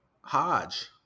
Hodge